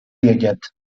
vědět